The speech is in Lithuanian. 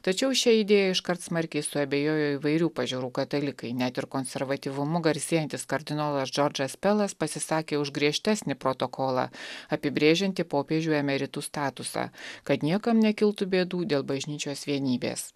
tačiau šia idėja iškart smarkiai suabejojo įvairių pažiūrų katalikai net ir konservatyvumu garsėjantis kardinolas džordžas pelas pasisakė už griežtesnį protokolą apibrėžiantį popiežių emeritų statusą kad niekam nekiltų bėdų dėl bažnyčios vienybės